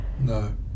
No